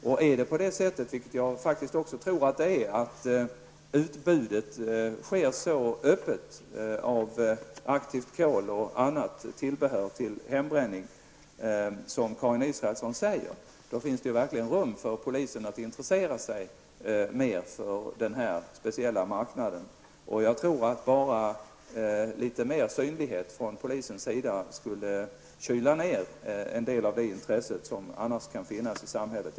Om nu utbudet av aktivt kol och andra tillbehör till hembränning är så öppet -- vilket jag också tror att det är -- som Karin Israelsson säger, finns det ju verkligen anledning för polisen att mer intressera sig för den här speciella marknaden. Enbart litet mer synlighet från polisens sida skulle nog kyla ner en del av det intresse som annars kan finnas i samhället.